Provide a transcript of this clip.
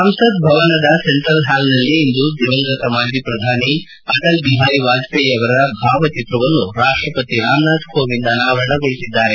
ಸಂಸತ್ ಭವನದ ಸೆಂಟ್ರಲ್ ಹಾಲ್ನಲ್ಲಿ ಇಂದು ದಿವಂಗತ ಮಾಜಿ ಪ್ರಧಾನಮಂತ್ರಿ ಅಟಲ್ ಬಿಹಾರಿ ವಾಜಪೇಯಿ ಅವರ ಭಾವಚಿತ್ರವನ್ನು ರಾಷ್ಷಪತಿ ರಾಮನಾಥ್ ಕೋವಿಂದ್ ಅನಾವರಣ ಮಾಡಲಿದ್ದಾರೆ